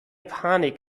panik